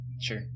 sure